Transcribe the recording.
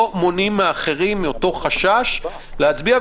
לא מונעים מאחרים להצביע מאותו חשש של הידבקות.